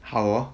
好 hor